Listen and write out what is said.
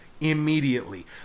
immediately